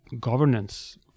governance